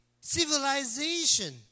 civilization